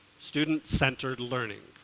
student centered learning,